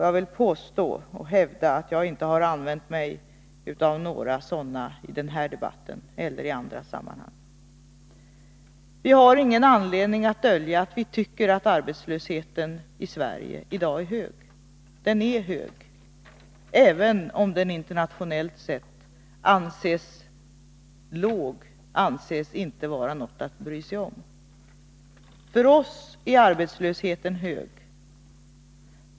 Jag vill hävda att jag inte här använt mig av några sådana i denna debatt eller i andra sammanhang. Vi har ingen anledning att dölja att vi tycker att arbetslösheten i Sverige i dag är hög. Den är hög, även om den internationellt sett anses låg, inte anses vara något att bry sig om. För oss är arbetslösheten hög.